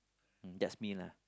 um that's me lah